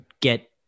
get